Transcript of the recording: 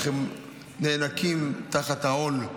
איך הם נאנקים תחת העול,